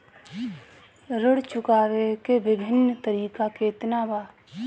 ऋण चुकावे के विभिन्न तरीका केतना बा?